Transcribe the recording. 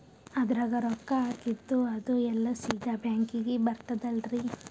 ಅದ್ರಗ ರೊಕ್ಕ ಹಾಕಿದ್ದು ಅದು ಎಲ್ಲಾ ಸೀದಾ ಬ್ಯಾಂಕಿಗಿ ಬರ್ತದಲ್ರಿ?